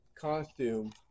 costume